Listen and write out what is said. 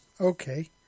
okay